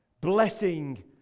Blessing